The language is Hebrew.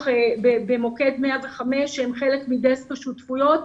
במוקד 105 שהם חלק מדסק השותפויות.